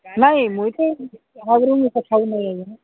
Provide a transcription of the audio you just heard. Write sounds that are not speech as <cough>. ନାଇଁ ମୁଇଁ ବାହାଘର କଥା <unintelligible>